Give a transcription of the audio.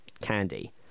candy